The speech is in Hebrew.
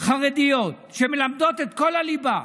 חרדיות שמלמדות את כל הליבה,